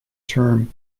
term